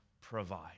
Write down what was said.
provide